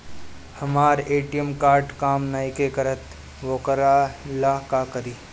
हमर ATM card काम नईखे करत वोकरा ला का करी?